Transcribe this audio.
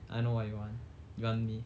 I know what you want you want me